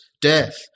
death